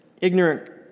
ignorant